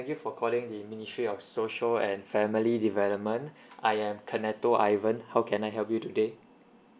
thank you for calling the ministry of social and family development I am kaneto ivan how can I help you today